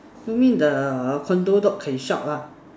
you mean the condo dog can shout lah